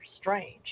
strange